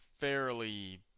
fairly –